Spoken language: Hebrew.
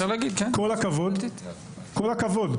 כל הכבוד,